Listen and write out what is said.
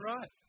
Right